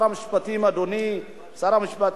אדוני שר המשפטים,